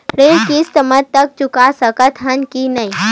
ऋण किस्त मा तक चुका सकत हन कि नहीं?